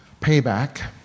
payback